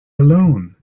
alone